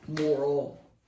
moral